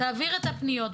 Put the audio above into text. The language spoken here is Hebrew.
תודה רבה.